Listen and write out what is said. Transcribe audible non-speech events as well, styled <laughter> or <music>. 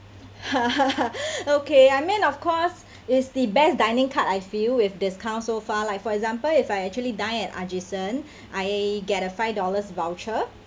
<laughs> okay I meant of course is the best dining card I feel with discount so far like for example if I actually dine at ajisen <breath> I get a five dollars voucher